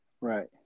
Right